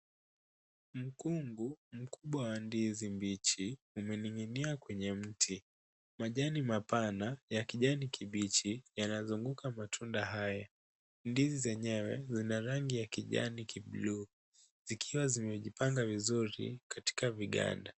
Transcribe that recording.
Mkungu mkubwa wa ndizi mbichi umening'inia kwenye mti. Majani mapana ya kijani kibichi yanazunguka matunda haya. Ndizi zenyewe zina rangi ya kijani-kibluu zikiwa zimejipanga vizuri katika viganda.